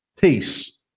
peace